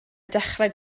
dechrau